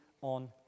on